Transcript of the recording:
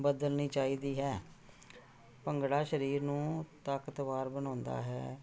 ਬਦਲਣੀ ਚਾਹੀਦੀ ਹੈ ਭੰਗੜਾ ਸਰੀਰ ਨੂੰ ਤਾਕਤਵਾਰ ਬਣਾਉਂਦਾ ਹੈ